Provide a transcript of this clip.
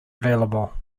available